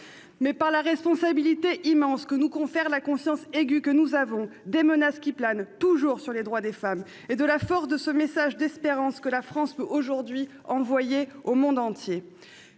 raison de la responsabilité immense conférée par la conscience aiguë que nous avons des menaces qui planent toujours sur les droits des femmes et de la force de ce message d'espérance que la France peut aujourd'hui envoyer au monde entier.